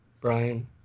Brian